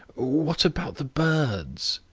what about the birds?